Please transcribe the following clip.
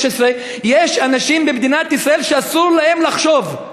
יש אנשים במדינת ישראל שאסור להם לחשוב.